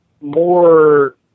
more